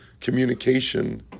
communication